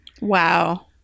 Wow